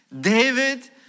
David